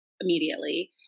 immediately